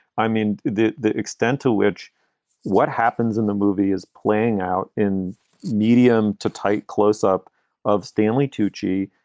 i mean, the the extent to which what happens in the movie is playing out in medium to tight close up of stanley tucci,